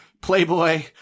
playboy